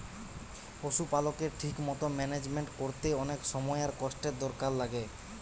পশুপালকের ঠিক মতো ম্যানেজমেন্ট কোরতে অনেক সময় আর কষ্টের দরকার লাগে